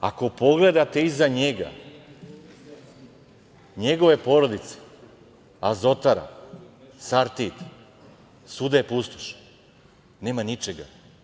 Ako, pogledate iza njega, njegove porodice, „Azotara“, „Sartid“, svuda je pustoš, nema ničega.